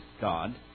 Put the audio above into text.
God